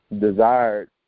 desired